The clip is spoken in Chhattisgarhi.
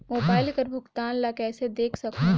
मोबाइल कर भुगतान ला कइसे देख सकहुं?